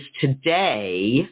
today